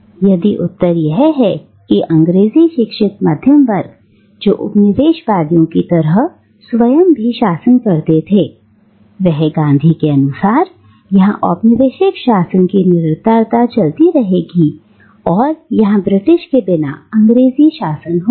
और यदि उत्तर यह है कि अंग्रेजी शिक्षित मध्यमवर्ग जो उपनिवेश वादियों की तरह स्वयं भी शासन करते थे वह गांधी के अनुसार यहां औपनिवेशिक शासन की निरंतरता चलती रहेगी और यहां ब्रिटिश के बिना अंग्रेजी शासन होगा